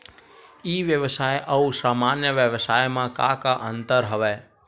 ई व्यवसाय आऊ सामान्य व्यवसाय म का का अंतर हवय?